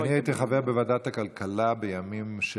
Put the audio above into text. אני הייתי חבר בוועדת הכלכלה בימים של,